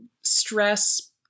stress